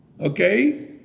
okay